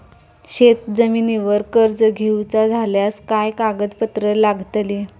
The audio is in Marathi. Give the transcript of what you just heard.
शेत जमिनीवर कर्ज घेऊचा झाल्यास काय कागदपत्र लागतली?